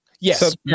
yes